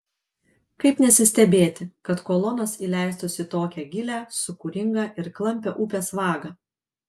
kaip nesistebėti kad kolonos įleistos į tokią gilią sūkuringą ir klampią upės vagą